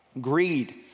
greed